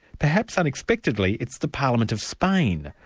perhaps unexpectedly it's the parliament of spain,